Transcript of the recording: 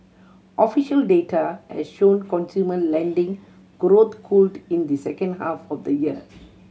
official data has shown consumer lending growth cooled in the second half of the year